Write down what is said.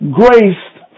graced